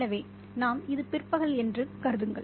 எனவே நாம் இது பிற்பகல் என்று கருதுங்கள்